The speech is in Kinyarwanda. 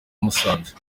musanze